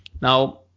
Now